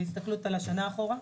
בהסתכלות על השנה אחורה,